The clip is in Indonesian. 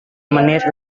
menit